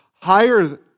higher